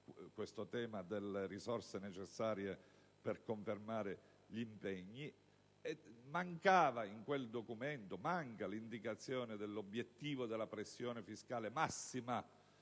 il tema delle risorse necessarie per confermare gli impegni assunti). Inoltre, in quel documento manca l'indicazione dell'obiettivo della pressione fiscale massima,